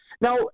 Now